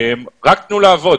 רק תנו לעבוד,